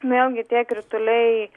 vėlgi tie krituliai